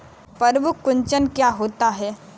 पर्ण कुंचन क्या होता है?